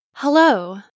Hello